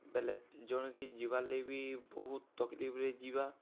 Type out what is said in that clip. ଜଣ୍କେ ଯିବାର୍ ଲାଗି ବହୁତ୍ ତକ୍ଲିଫ୍ରେ ଯିବା